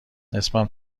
اسمم